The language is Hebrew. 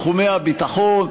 בתחומי הביטחון,